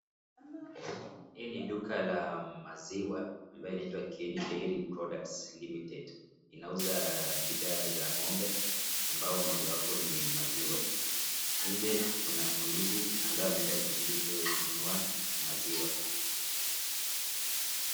Hii ni duka la maziwa ambayo inaitwa Kieni Dairy products limited. Inauza bidhaa za ng'ombe ambao mmoja yapo ni maziwa. Nje tuko na mnunuzi ambaye ameenda kwenye duka Hilo kununua maziwa.